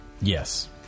Yes